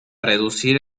reducir